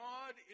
God